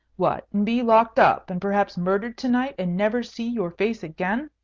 what, and be locked up, and perhaps murdered to-night, and never see your face again?